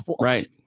right